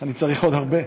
אני צריך עוד הרבה.